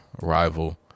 Rival